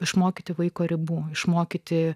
išmokyti vaiko ribų išmokyti